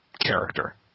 character